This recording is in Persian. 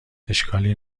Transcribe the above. اشکالی